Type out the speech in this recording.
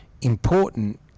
important